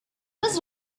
was